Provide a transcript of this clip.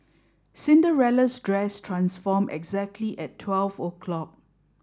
Cinderella's dress transform exactly at twelve o'clock